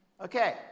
Okay